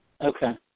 Okay